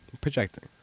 Projecting